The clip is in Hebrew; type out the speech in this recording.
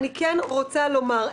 אני רוצה לומר,